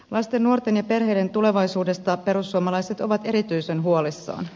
lasten nuorten ja perheiden tulevaisuudesta perussuomalaiset ovat erityisen huolissaan